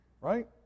Right